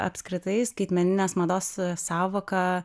apskritai skaitmeninės mados sąvoka